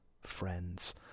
friends